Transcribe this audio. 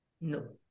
No